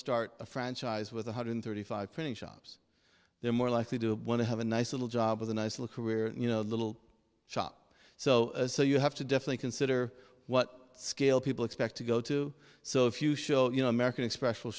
start a franchise with one hundred thirty five printing shops they're more likely to want to have a nice little job with a nice in the career you know little shop so so you have to definitely consider what scale people expect to go to so if you show you know american express